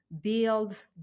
build